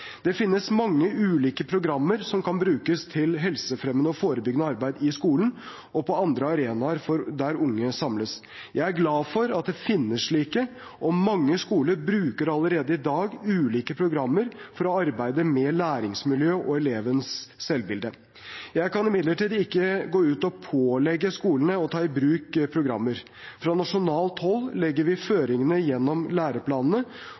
Det finnes mange ulike programmer som kan brukes til helsefremmende og forebyggende arbeid i skolen og på andre arenaer der unge samles. Jeg er glad for at det finnes slike, og mange skoler bruker allerede i dag ulike programmer for å arbeide med læringsmiljø og elevens selvbilde. Jeg kan imidlertid ikke gå ut og pålegge skolene å ta i bruk programmer. Fra nasjonalt hold legger vi føringene gjennom læreplanene,